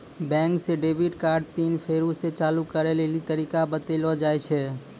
बैंके से debit card pin फेरु से चालू करै लेली तरीका बतैलो जाय छै